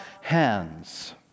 hands